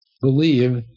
believe